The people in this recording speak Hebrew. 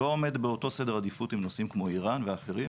לא עומד באותו סדר עדיפות עם נושאים כמו איראן ואחרים,